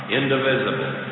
indivisible